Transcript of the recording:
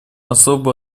особо